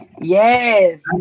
yes